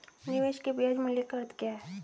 निवेश के ब्याज मूल्य का अर्थ क्या है?